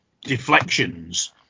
Deflections